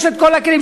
יש את כל הכלים.